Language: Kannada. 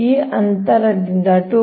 ಆದ್ದರಿಂದ ಈ ಅಂತರ ದಿಂದ 2